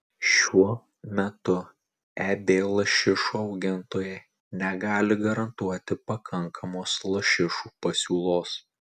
šiuo metu eb lašišų augintojai negali garantuoti pakankamos lašišų pasiūlos